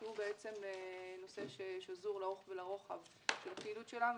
שהוא נושא ששזור לאורך ולרוחב הפעילות שלנו,